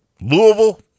Louisville